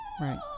Right